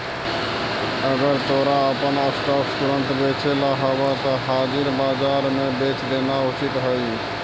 अगर तोरा अपन स्टॉक्स तुरंत बेचेला हवऽ त हाजिर बाजार में बेच देना उचित हइ